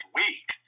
week